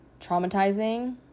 traumatizing